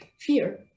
fear